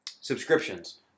subscriptions